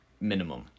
minimum